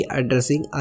addressing